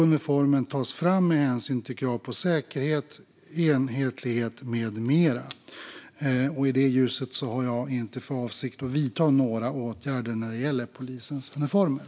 Uniformen tas fram med hänsyn till krav på säkerhet, enhetlighet med mera. I ljuset av detta har jag har inte för avsikt att vidta några åtgärder när det gäller polisens uniformer.